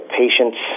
patients